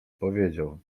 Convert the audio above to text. powiedział